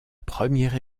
première